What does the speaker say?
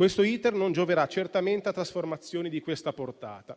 Il suo *iter* non gioverà certamente a trasformazioni di tale portata.